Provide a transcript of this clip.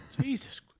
Jesus